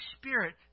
Spirit